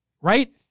Right